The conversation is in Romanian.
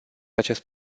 acest